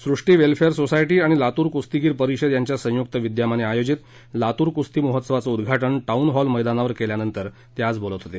सुष्टी welfare society आणि लातूर कुस्तीगीर परिषद यांच्या संयुक्त विद्यमाने आयोजित लातूर कुस्ती महोत्सवाचं उद्घाटन टाऊन हॉल मैदानावर केल्यानंतर ते आज बोलत होते